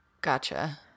Gotcha